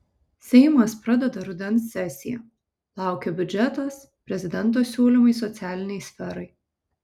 seimas pradeda rudens sesiją laukia biudžetas prezidento siūlymai socialinei sferai